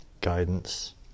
guidance